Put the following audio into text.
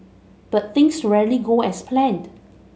but things rarely go as planned